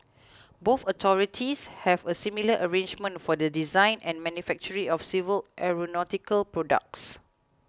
both authorities have a similar arrangement for the design and manufacturing of civil aeronautical products